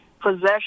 possession